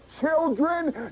children